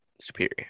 Superior